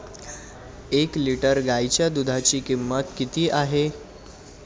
एक लिटर गाईच्या दुधाची किंमत किती आहे?